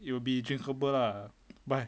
it will be drinkable lah but